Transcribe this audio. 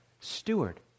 steward